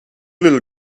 little